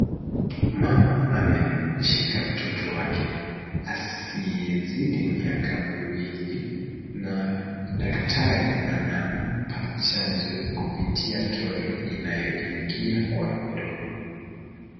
Mama amemshika mtoto wake asiyezidi miaka miwili na daktari anampa chanjo kupitia tone inayoingia kwa mdomo.